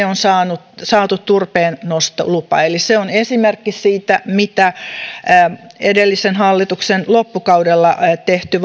on saatu turpeennostolupa se on esimerkki siitä miten edellisen hallituksen loppukaudella tehty